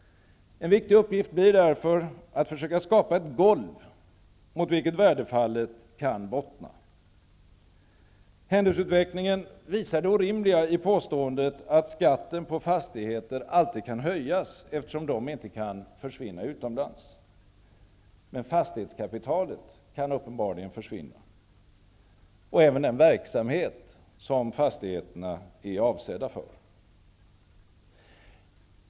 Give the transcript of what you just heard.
En viktig uppgift blir därför att försöka skapa ett golv mot vilket värdefallet kan bottna. Händelseutvecklingen visar det orimliga i påståendet att skatten på fastigheter alltid kan höjas, eftersom dessa inte kan försvinna utomlands. Men fastighetskapitalet kan uppenbarligen försvinna, och även den verksamhet som fastigheterna är avsedda för.